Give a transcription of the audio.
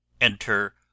Enter